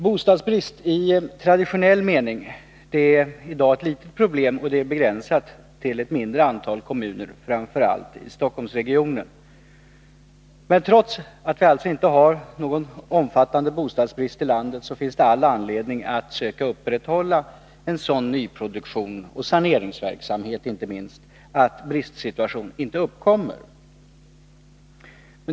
Bostadsbrist i traditionell mening är i dag ett litet problem begränsat till ett mindre antal kommuner, framför allt i Stockholmsregionen. Trots att vi alltså inte har någon omfattande bostadsbrist i landet, finns det all anledning att söka upprätthålla en sådan nyproduktion och inte minst saneringsverksamhet att en bristsituation inte uppkommer.